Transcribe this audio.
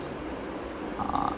ah